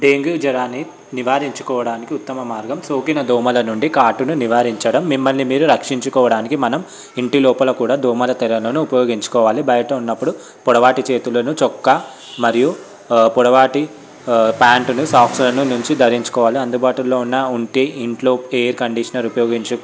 dengue జ్వరాన్ని నివారించుకోవడానికి ఉత్తమ మార్గం సోకిన దోమల నుండి కాటును నివారించడం మిమ్మల్ని మీరు రక్షించుకోవడానికి మనం ఇంటి లోపల కూడా దోమలతెరలను ఉపయోగించుకోవాలి బయట ఉన్నప్పుడు పొడవాటి చేతులను చొక్కా మరియు పొడవాటి ప్యాంటును సాక్స్లను మించి ధరించుకోవాలి అందుబాటులో ఉన్న ఉంటే ఇంట్లో ఎయిర్ కండిషనర్ ఉపయోగించ